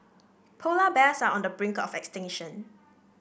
polar bears are on the brink of extinction